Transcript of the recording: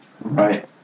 right